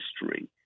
history